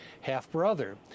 half-brother